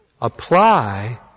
apply